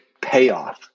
payoff